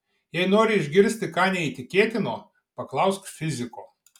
jei nori išgirsti ką neįtikėtino paklausk fiziko